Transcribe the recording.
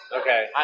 Okay